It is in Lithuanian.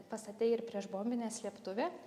pastate ir priešbombinė slėptuvė